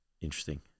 Interesting